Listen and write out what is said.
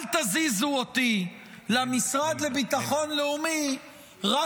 אל תזיזו אותי למשרד לביטחון לאומי רק